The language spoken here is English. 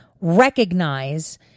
recognize